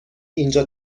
اینجا